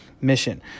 mission